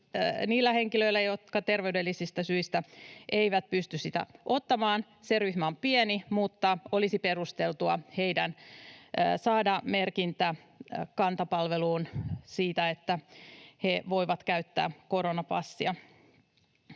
niillä henkilöillä, jotka terveydellisistä syistä eivät pysty sitä ottamaan. Se ryhmä on pieni, mutta olisi perusteltua heidän saada merkintä Kanta-palveluun siitä, että he voivat käyttää koronapassia.